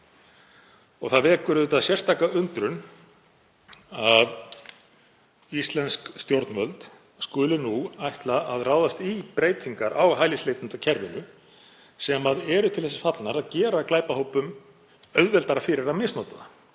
Það vekur auðvitað sérstaka undrun að íslensk stjórnvöld skuli nú ætla að ráðast í breytingar á hælisleitendakerfinu sem eru til þess fallnar að gera glæpahópum auðveldara fyrir að misnota það,